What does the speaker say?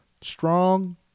strong